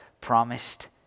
promised